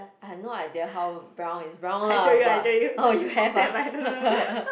I have no idea how brown is brown lah but orh you have ah